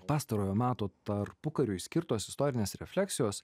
pastarojo meto tarpukariu išskirtos istorinės refleksijos